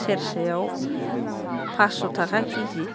सेरसेयाव फासस' थाखा केजि